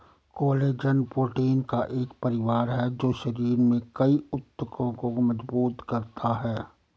collagen protein का एक परिवार है जो शरीर में कई ऊतकों को मजबूत करता है